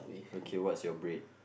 okay what's your bread